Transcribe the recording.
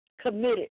committed